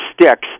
sticks